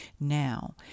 Now